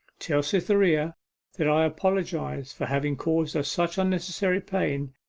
tell cytherea that i apologize for having caused her such unnecessary pain,